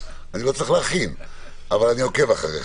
אני לא צריך להכין אבל אני עוקב אחריך,